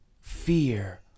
fear